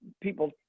people